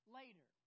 later